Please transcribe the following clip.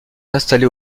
installé